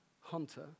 Hunter